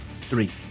Three